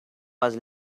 was